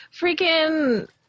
Freaking